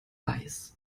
weiß